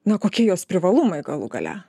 na kokie jos privalumai galų gale